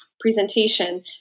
presentation